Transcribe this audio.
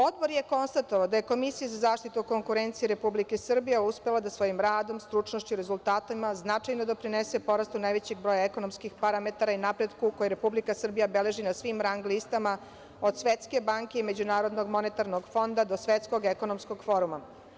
Odbor je konstatovao da je Komisija za zaštitu konkurencije Republike Srbije uspela da svojim radom, stručnošću i rezultatima značajno da doprinese porastu najvećeg broja ekonomskih parametara i napretku koje Republika Srbija beleži na svim poljima, od Svetske banke do MMF, do Svetskog ekonomskog foruma.